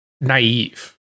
naive